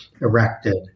erected